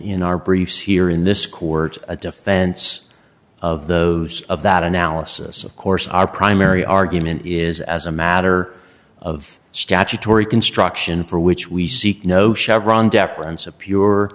in our briefs here in this court a defense of those of that analysis of course our primary argument is as a matter of statutory construction for which we seek no